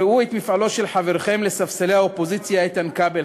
ראו את מפעלו של חברכם לספסלי האופוזיציה איתן כבל.